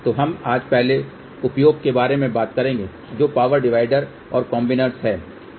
तो हम आज पहले उपयोग के बारे में बात करेंगे जो पावर डिवाइडर और कॉम्बिनर्स है